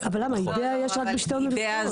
כי היא מאפשרת לילד לעסוק בבעיות שמטרידות אותו